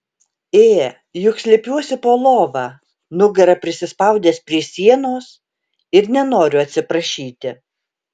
ė juk slepiuosi po lova nugara prisispaudęs prie sienos ir nenoriu atsiprašyti